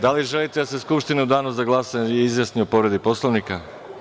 Da li želite da se Skupština u danu za glasanje izjasni o povredi Poslovnika?